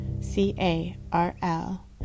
c-a-r-l